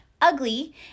ugly